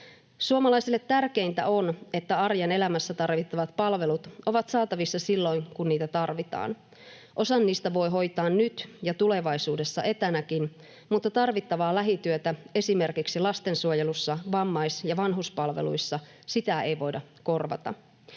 Suomalaisille tärkeintä on, että arjen elämässä tarvittavat palvelut ovat saatavissa silloin, kun niitä tarvitaan. Osan niistä voi hoitaa nyt ja tulevaisuudessa etänäkin, mutta tarvittavaa lähityötä esimerkiksi lastensuojelussa, vammais- ja vanhuspalveluissa — sitä ei voida korvata.